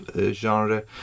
genre